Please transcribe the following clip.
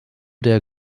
der